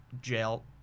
jail